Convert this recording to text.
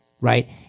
right